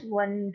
one